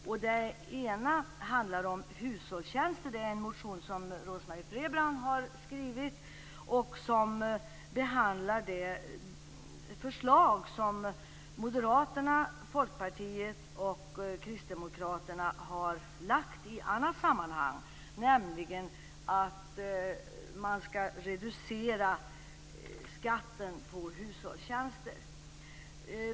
Det ena handlar om hushållstjänster. Här har Rose-Marie Frebran skrivit en motion som behandlar det förslag som Moderaterna, Folkpartiet och Kristdemokraterna har lagt fram i annat sammanhang, nämligen att man skall reducera skatten på hushållstjänster.